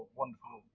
wonderful